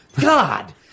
God